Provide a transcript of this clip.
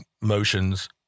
motions